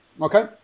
Okay